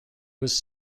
was